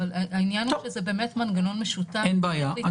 העניין הוא שזה באמת מנגנון משותף וצריך להתייחס גם לזה --- אין בעיה,